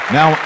Now